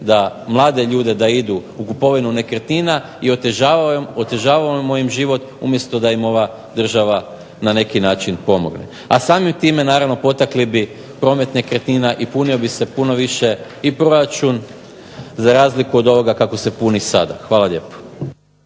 mlade ljude da idu u kupovinu nekretnina i otežavamo im život umjesto da im ova država na neki način pomogne. A samim tim potakli bi promet nekretnina i puno bi se više proračun za razliku od ovoga kako se puni sada. Hvala lijepo.